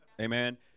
Amen